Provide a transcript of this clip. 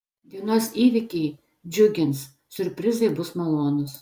dienos įvykiai džiugins siurprizai bus malonūs